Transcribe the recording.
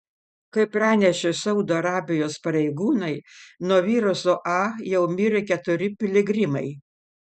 kaip pranešė saudo arabijos pareigūnai nuo viruso a jau mirė keturi piligrimai